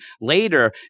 later